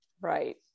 right